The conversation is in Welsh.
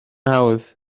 hawdd